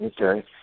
Okay